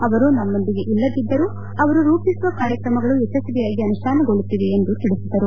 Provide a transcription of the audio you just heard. ಅವರು ನಮ್ಮೊಂದಿಗೆ ಇಲ್ಲದಿದ್ದರೂ ಅವರು ರೂಪಿಸಿರುವ ಕಾರ್ಯಕ್ರಮಗಳು ಯಶಸ್ವಿಯಾಗಿ ಅನುಷ್ಠಾನಗೊಳ್ಳುತ್ತಿವೆ ಎಂದು ತಿಳಿಸಿದರು